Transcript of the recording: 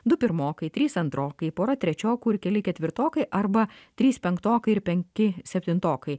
du pirmokai trys antrokai pora trečiokų ir keli ketvirtokai arba trys penktokai ir penki septintokai